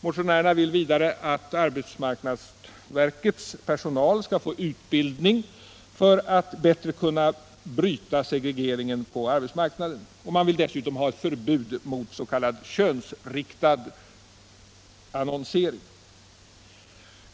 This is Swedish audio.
Motionärerna vill vidare att arbetsmarknadsverkets personal skall få utbildning för att bättre kunna bryta segregeringen på arbetsmarknaden, och man vill dessutom ha ett förbud mot s.k. könsriktad platsannonsering.